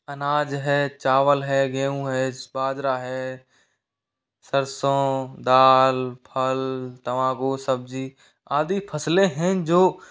अनाज है चावल है गेंहू है बाजरा है सरसों दाल फल तंबाकू सब्ज़ी आदि फसलें हैं जो